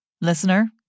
listener